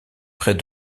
près